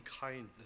kindness